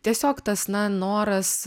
tiesiog tas na noras